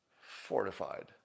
fortified